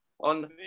on